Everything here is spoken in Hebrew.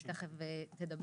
היא תיכף תדבר.